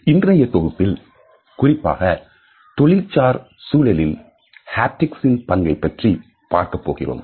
இன்றைய தொகுப்பில் குறிப்பாக தொழில்சார் சூழலில் ஹாப்டிக்ஸ்ன் பங்கைப் பற்றி பார்க்கப்போகிறோம்